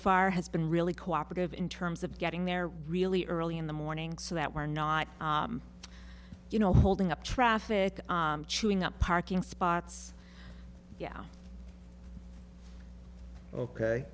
far has been really cooperative in terms of getting there really early in the morning so that we're not you know holding up traffic chewing up parking spots yeah